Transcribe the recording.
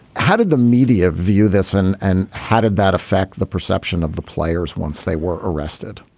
how did the media view this and and how did that affect the perception of the players once they were arrested?